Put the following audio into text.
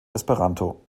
esperanto